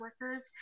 workers